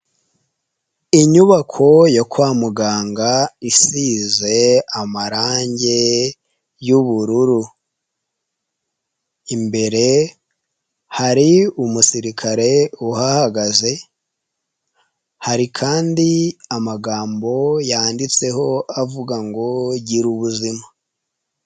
Inyubako yo kwa muganga isize amarange y'ubururu, imbere hari umusirikare uhahagaze, hari kandi amagambo yanditseho avuga ngo girubuzima.